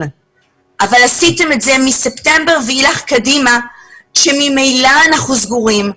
אבל עשיתם את זה מספטמבר ואילך קדימה כאשר ממילא אנחנו סגורים.